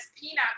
peanuts